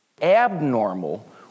abnormal